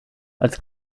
als